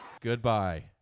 Goodbye